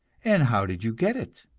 and how did you get it?